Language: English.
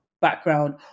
background